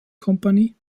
company